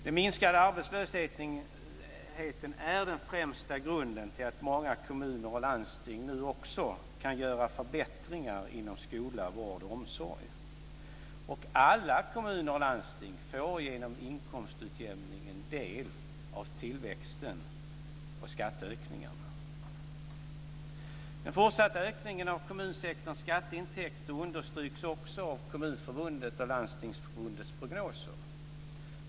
Den minskade arbetslösheten är den främsta grunden till att många kommuner och landsting nu också kan göra förbättringar inom skola, vård och omsorg. Och alla kommuner och landsting får genom inkomstutjämningen del av tillväxten och skatteökningarna. Den fortsatta ökningen av kommunsektorns skatteintäkter understryks också av Kommunförbundets och Landstingsförbundets prognoser.